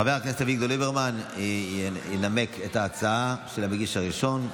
חבר הכנסת אביגדור ליברמן ינמק את ההצעה של המגיש הראשון.